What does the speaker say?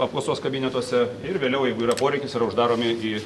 apklausos kabinetuose ir vėliau jeigu yra poreikis ir uždaromi į